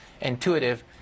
intuitive